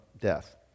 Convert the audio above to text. death